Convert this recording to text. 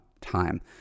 time